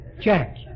Jack